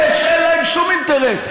אלה, שאין להם שום אינטרס.